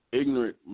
ignorant